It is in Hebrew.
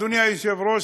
אדוני היושב-ראש,